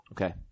Okay